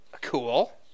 cool